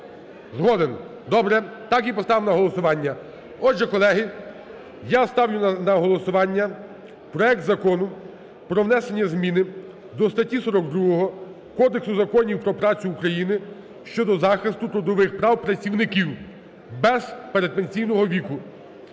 Згоден. Добре, так і поставимо на голосування. Отже, колеги, я ставлю на голосування проект Закону про внесення зміни до статті 42 Кодексу законів про працю України щодо захисту трудових прав працівників, без "передпенсійного віку"